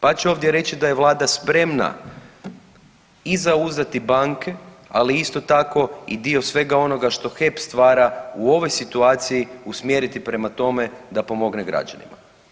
Pa će ovdje reći da je vlada spremna i zauzdati banke, ali isto tako i dio svega onoga što HEP stvara u ovoj situaciji usmjeriti prema tome da pomogne građanima.